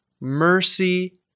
mercy